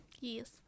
Yes